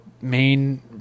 main